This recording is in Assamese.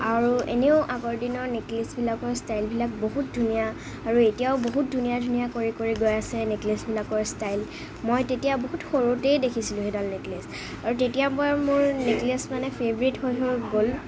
আৰু এনেও আগৰ দিনৰ নেকলেছবিলাকৰ ষ্টাইলবিলাক বহুত ধুনীয়া আৰু এতিয়াও বহুত ধুনীয়া ধুনীয়া কৰি কৰি গৈ আছে নেকলেছবিলাকৰ ষ্টাইল মই তেতিয়া বহুত সৰুতেই দেখিছিলোঁ সেইডাল নেকলেছ আৰু তেতিয়াৰ পৰা মোৰ নেকলেছ মানে ফেভৰেট হৈ হৈ গ'ল